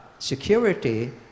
Security